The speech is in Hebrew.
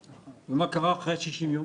ומה קרה אחרי 60 יום?